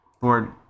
Lord